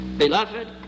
Beloved